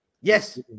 yes